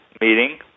meeting